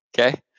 Okay